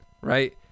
right